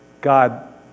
God